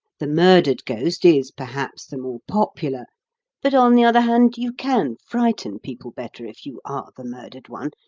the murdered ghost is, perhaps, the more popular but, on the other hand, you can frighten people better if you are the murdered one,